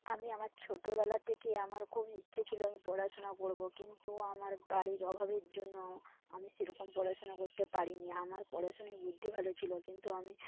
আমি আমার ছোটবেলা থেকে আমার খুব ইচ্ছে ছিল আমি পড়াশুনা করবো কিন্তু আমার বাড়ির অভাবের জন্য আমি সে রকম পড়াশুনা করতে পারিনি আমার পড়াশুনায় বুদ্ধি ভালো ছিল কিন্তু আমি